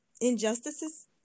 injustices